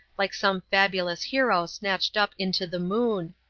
like some fabulous hero snatched up into the moon.